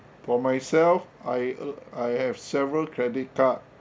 for myself I uh I have several credit card